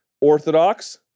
orthodox